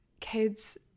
kids